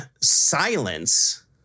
silence